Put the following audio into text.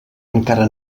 encara